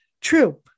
True